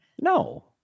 No